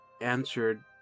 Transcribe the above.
answered